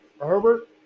Herbert